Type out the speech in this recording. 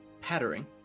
pattering